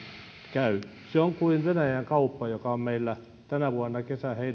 käy se on kuin venäjän kauppa joka on meillä tänä vuonna